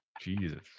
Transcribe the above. Jesus